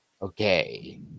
okay